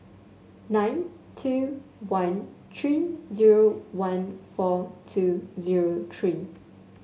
nine two one three zero one four two zero three